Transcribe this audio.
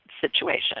situation